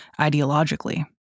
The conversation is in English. ideologically